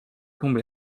tombe